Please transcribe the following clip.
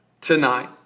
tonight